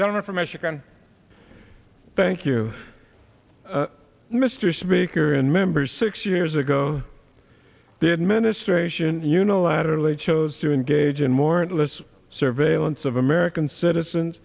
gentleman from michigan thank you mr speaker and members six years ago the administration unilaterally chose to engage in more and less surveillance of american citizens